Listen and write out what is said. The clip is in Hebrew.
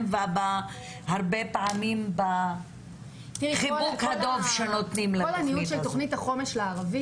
והרבה פעמים בחיבוק הדב שנותנים לתכנית הזאת.